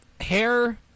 hair